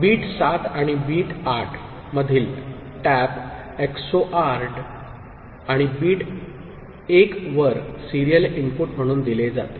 bit 7 आणि 8 मधील tap XORed आणि बिट 1 वर सिरियल इनपुट म्हणून दिले जाते